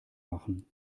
machen